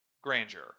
grandeur